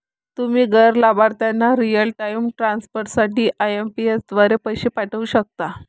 तुम्ही गैर लाभार्थ्यांना रिअल टाइम ट्रान्सफर साठी आई.एम.पी.एस द्वारे पैसे पाठवू शकता